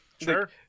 Sure